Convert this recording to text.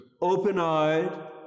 open-eyed